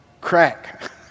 crack